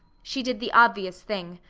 she did the obvious thing.